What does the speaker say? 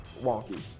wonky